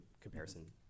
comparison